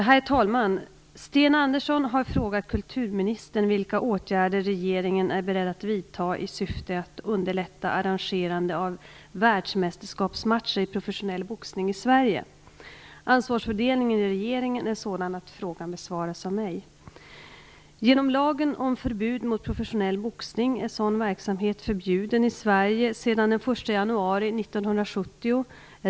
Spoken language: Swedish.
Herr talman! Sten Andersson har frågat kulturministern vilka åtgärder regeringen är beredd att vidta i syfte att underlätta arrangerande av världsmästerskapsmatcher i professionell boxning i Sverige. Ansvarsfördelningen i regeringen är sådan att frågan besvaras av mig. Genom lagen om förbud mot professionell boxning är sådan verksamhet förbjuden i Sverige sedan den 1 januari 1970.